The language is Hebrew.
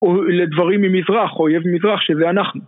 אה.. לדברים ממזרח, אויב מזרח, שזה אנחנו.